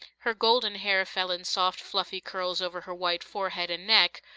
her golden hair fell in soft fluffy curls over her white forehead and neck,